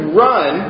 run